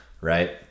right